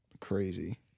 crazy